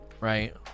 right